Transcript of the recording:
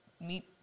meet